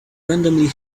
randomly